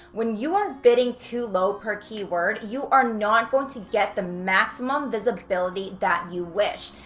when you are bidding too low per keyword, you are not going to get the maximum visibility that you wish.